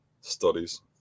studies